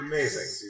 Amazing